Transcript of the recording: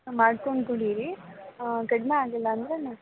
ಮಾಡ್ಕೊಂಡು ಕುಡೀರಿ ಕಡಿಮೆ ಆಗಿಲ್ಲ ಅಂದರೆ